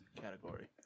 category